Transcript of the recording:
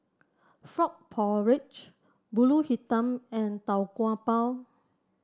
Frog Porridge pulut hitam and Tau Kwa Pau